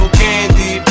candy